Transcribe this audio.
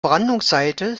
brandungsseite